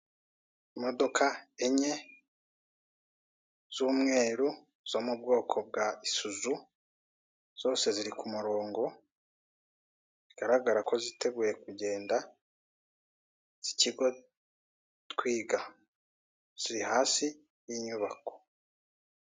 Imodoka enye z'umweru zo mu bwoko bwa isuzu, zose ziri ku murongo bigaragara ko ziteguye kugenda z'ikigo Twiga, ziri hasi y'inyubako.